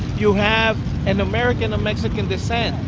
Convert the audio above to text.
you have an american of mexican descent.